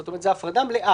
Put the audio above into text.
זאת אומרת, זאת הפרדה מלאה,